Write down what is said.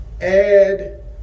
add